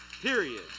period